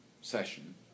session